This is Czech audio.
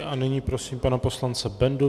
A nyní prosím pana poslance Bendu.